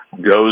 goes